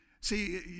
See